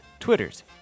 Twitters